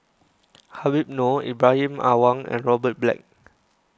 Habib Noh Ibrahim Awang and Robert Black